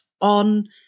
on